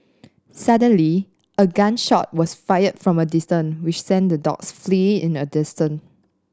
suddenly a gun shot was fired from a distance which sent the dogs fleeing in an distant